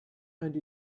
and